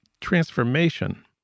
transformation